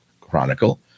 Chronicle